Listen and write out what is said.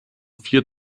vier